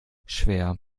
schwer